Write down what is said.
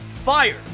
fired